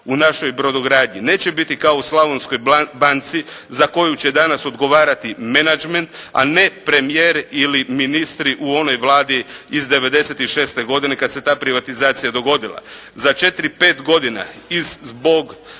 u našoj brodogradnju neće biti kao u Slavonskoj banci za koju će danas odgovarati menadžment, a ne premijer ili ministri u onoj Vladi iz '96. godine kad se ta privatizacija dogodila. Za 4, 5 godina i zbog